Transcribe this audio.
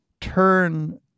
turn